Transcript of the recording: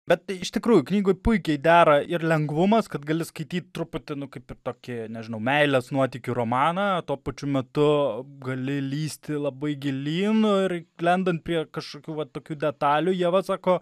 bet iš tikrųjų knygoj puikiai dera ir lengvumas kad gali skaityt truputį nu kaip ir tokį nežinau meilės nuotykių romaną tuo pačiu metu gali lįsti labai gilyn ir lendant prie kažkokių va tokių detalių ieva sako